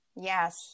Yes